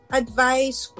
advice